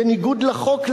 בניגוד לחוק,